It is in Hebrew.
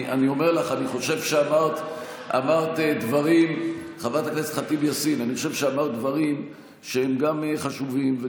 אני חושב שאמרת דברים שהם גם חשובים,